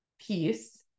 piece